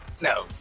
No